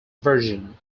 version